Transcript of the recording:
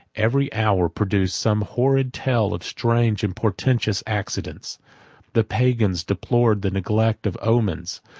every hour produced some horrid tale of strange and portentous accidents the pagans deplored the neglect of omens,